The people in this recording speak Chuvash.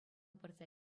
пырса